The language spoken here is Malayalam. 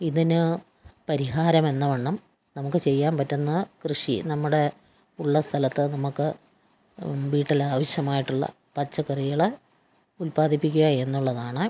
ഇതിന് പരിഹാരമെന്നവണ്ണം നമുക്ക് ചെയ്യാൻ പറ്റുന്ന കൃഷി നമ്മുടെ ഉള്ള സ്ഥലത്ത് നമുക്ക് വീട്ടിലാവശ്യമായിട്ടുള്ള പച്ചക്കറികൾ ഉൽപാദിപ്പിക്കുക എന്നുള്ളതാണ്